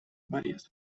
varias